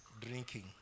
drinking